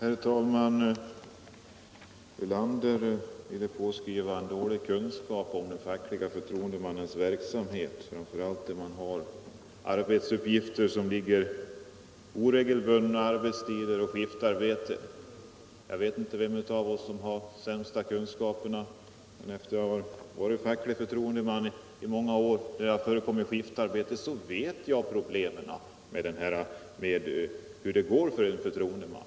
Herr talman! Herr Ulander ville tillvita mig dålig kunskap om den facklige förtroendemannens verksamhet, framför allt när det gäller sådana arbetsplatser där man har oregelbundna arbetstider och skiftarbete. Jag vet inte vem av oss som har de sämsta kunskaperna om det. Eftersom jag i många år har varit facklig förtroendeman på arbetsplatser där det har förekommit skiftarbete känner jag väl till problemen och vet hur det går en förtroendeman.